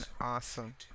awesome